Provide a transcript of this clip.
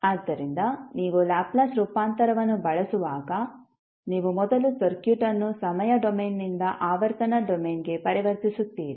ಆದ್ದರಿಂದ ನೀವು ಲ್ಯಾಪ್ಲೇಸ್ ರೂಪಾಂತರವನ್ನು ಬಳಸುವಾಗ ನೀವು ಮೊದಲು ಸರ್ಕ್ಯೂಟ್ ಅನ್ನು ಸಮಯ ಡೊಮೇನ್ನಿಂದ ಆವರ್ತನ ಡೊಮೇನ್ಗೆ ಪರಿವರ್ತಿಸುತ್ತೀರಿ